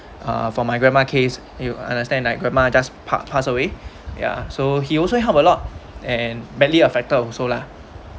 uh for my grandma case you understand like grandma just pa~ pass away ya so he also help a lot and badly affected also lah